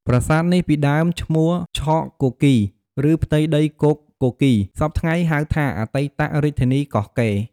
ប្រាសាទនេះពីដើមឈ្មោះឆកគគីរ ឬផៃ្ទដីគោកគគីរ សព្វថៃ្ងហៅថា អតីត រាជធានីកោះកេរិ៍្ដ ។